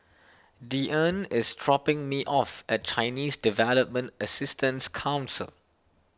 Deeann is dropping me off at Chinese Development Assistance Council